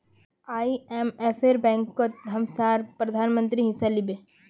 आईएमएफेर बैठकत हमसार प्रधानमंत्री हिस्सा लिबे